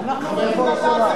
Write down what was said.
לא מוחאים